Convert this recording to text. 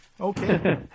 okay